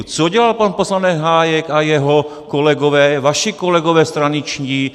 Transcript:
Co dělal pan poslanec Hájek a jeho kolegové, vaši kolegové straničtí?